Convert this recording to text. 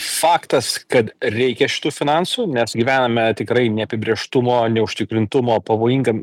faktas kad reikia šitų finansų nes gyvename tikrai neapibrėžtumo neužtikrintumo pavojingam